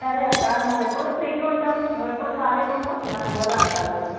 సరే అక్క నువ్వు ఎప్పుడు ఫ్రీగా ఉంటావు నువ్వు ఎప్పుడు ఖాళీగా ఉంటావు మనం పోదాం కలిసి